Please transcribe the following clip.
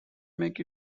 makes